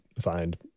find